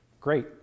great